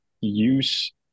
use